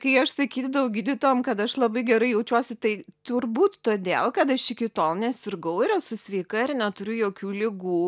kai aš sakydavau gydytojam kad aš labai gerai jaučiuosi tai turbūt todėl kad aš iki tol nesirgau ir esu sveika ir neturiu jokių ligų